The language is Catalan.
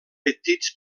petits